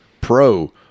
pro